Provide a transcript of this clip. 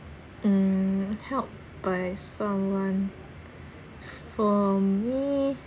um help by someone for me